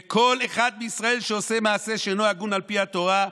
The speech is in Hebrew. וכל אחד בישראל שעושה מעשה שאינו הגון על פי התורה,